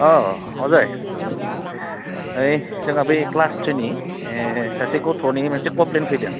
अजय ओय जोंहा बै क्लास थ्रिनि सासे गथ'नि मोनसे कमप्लेन फैदों